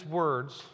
words